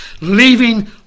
Leaving